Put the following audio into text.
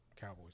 Cowboys